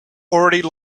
already